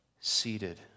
seated